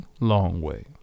Longway